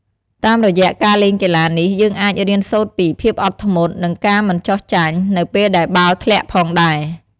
តាមរយៈការលេងកីឡានេះ យើងអាចរៀនសូត្រពី ភាពអត់ធ្មត់ និងការមិនចុះចាញ់ នៅពេលដែលបាល់ធ្លាក់ផងដែរ។